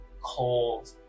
cold